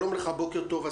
שלום לך, בוקר טוב,